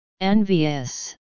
Envious